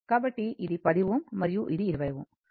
కాబట్టి ఇది 10 Ω మరియు ఇది 20 Ω